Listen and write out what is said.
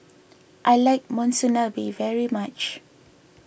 I like Monsunabe very much